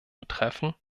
betreffen